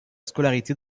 scolarité